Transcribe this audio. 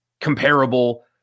comparable